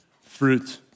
fruit